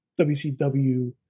WCW